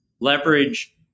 leverage